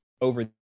over